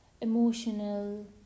emotional